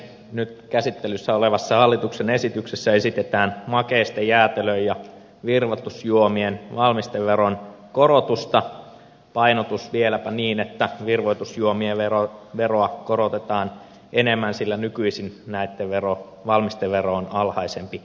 nyt käsittelyssä olevassa hallituksen esityksessä esitetään makeisten jäätelön ja virvoitusjuomien valmisteveron korotusta painotus vieläpä niin että virvoitusjuomien veroa korotetaan enemmän sillä nykyisin näitten valmistevero on alhaisempi